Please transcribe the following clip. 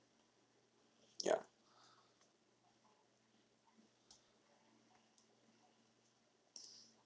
yup